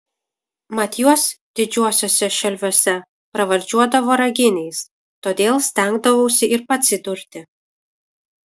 mat juos didžiuosiuose šelviuose pravardžiuodavo raginiais todėl stengdavausi ir pats įdurti